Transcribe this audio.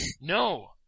No